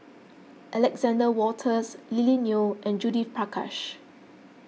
Alexander Wolters Lily Neo and Judith Prakash